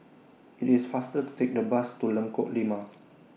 IT IS faster to Take The Bus to Lengkok Lima